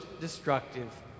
destructive